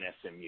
SMU